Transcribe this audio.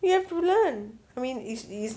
you have to learn I mean is this